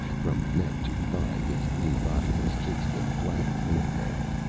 from neck to thigh his lean body was cased in black link mail,